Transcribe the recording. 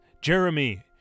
Jeremy